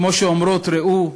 כמו שאומרות: "ראו,